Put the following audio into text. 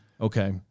okay